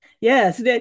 Yes